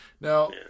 now